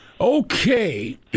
Okay